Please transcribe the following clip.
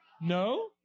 no